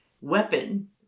weapon